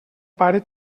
pare